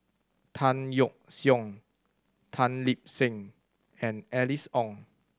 Tan Yeok Seong Tan Lip Seng and Alice Ong